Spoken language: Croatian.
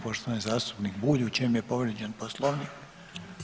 Poštovani zastupnik Bulj, u čem je povrijeđen Poslovnik?